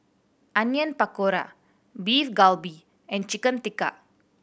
Onion Pakora Beef Galbi and Chicken Tikka